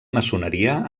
maçoneria